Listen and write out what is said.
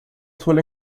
suele